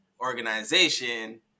organization